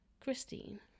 Christine